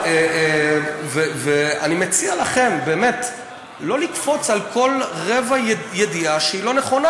אני מציע לכם לא לקפוץ על כל רבע ידיעה שהיא לא נכונה.